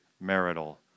marital